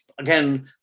again